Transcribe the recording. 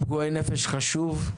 פגועי נפש חשוב.